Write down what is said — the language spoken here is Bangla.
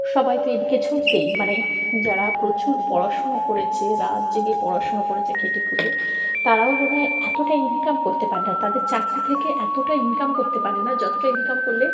সবাই তো এদিকে ঝুঁকবেই মানে যারা প্রচুর পড়াশুনো করেছে রাত জেগে পড়াশুনো করেছে খেটেখুটে তারাও বোধ হয় এতটা ইনকাম করতে পারে না তাদের চাকরি থেকে এতটা ইনকাম করতে পারে না যতটা ইনকাম করলে